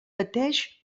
pateix